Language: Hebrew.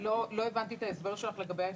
לא הבנתי את ההסבר שלך לגבי ה-28%,